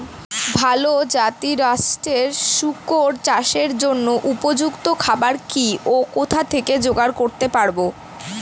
ভালো জাতিরাষ্ট্রের শুকর চাষের জন্য উপযুক্ত খাবার কি ও কোথা থেকে জোগাড় করতে পারব?